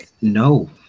No